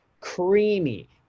creamy